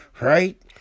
right